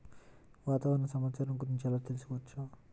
వాతావరణ సమాచారం గురించి ఎలా తెలుసుకోవచ్చు?